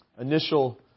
initial